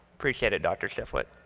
appreciate it, dr. shifflet.